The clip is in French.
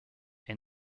est